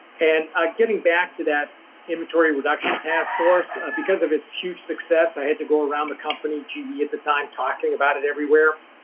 and getting back to that inventory reduction taskforce, because of its huge success, i had to go around the company, ge at the time, talking about it everywhere.